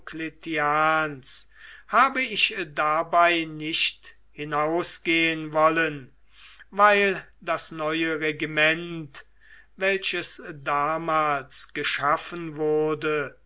habe ich dabei nicht hinausgehen wollen weil das neue regiment welches damals geschaffen wurde